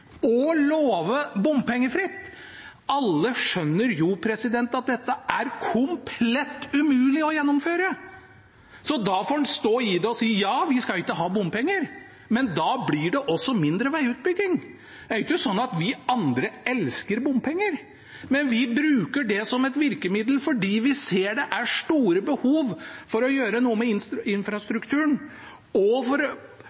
og å love bompengefritt – alle skjønner jo at det er komplett umulig å gjennomføre. En får stå i det og si at vi ikke skal ha bompenger, men da blir det også mindre veiutbygging. Det er jo ikke sånn at vi andre elsker bompenger, men vi bruker det som et virkemiddel fordi vi ser at det er store behov for å gjøre noe med